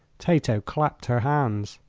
tato clapped her hands.